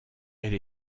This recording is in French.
elle